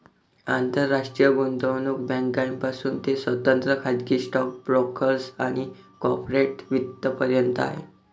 आंतरराष्ट्रीय गुंतवणूक बँकांपासून ते स्वतंत्र खाजगी स्टॉक ब्रोकर्स आणि कॉर्पोरेट वित्त पर्यंत आहे